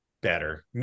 Better